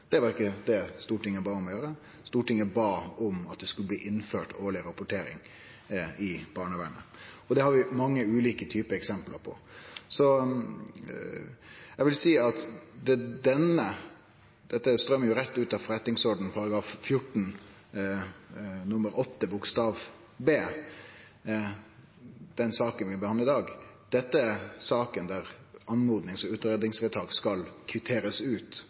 Det var ikkje det Stortinget bad dei om å gjere, Stortinget bad om at det skulle innførast årlege rapporteringar i barnevernet. Vi har mange ulike typar eksempel. Den saka vi behandlar i dag, spring jo rett ut av forretningsordenen § 14 nr. 8 b. Dette er saka om oppmodings- og utgreiingsvedtak skal kvitterast ut eller ikkje. Det er ikkje i budsjettet, i revidert nasjonalbudsjett eller andre stader. Der